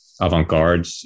avant-garde